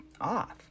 off